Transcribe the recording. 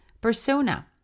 persona